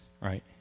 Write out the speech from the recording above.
right